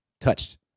Touched